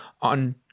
on